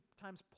times